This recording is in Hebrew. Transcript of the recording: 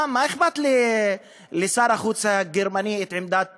מה אכפת לשר החוץ הגרמני מהעמדות